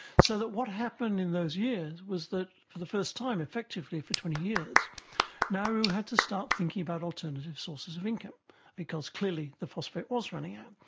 so that what happened in those years was that for the first time effectively for twenty years nauru had to start thinking about alternative sources of income because clearly the phosphate was running out.